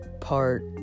part-